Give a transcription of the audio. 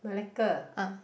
Malacca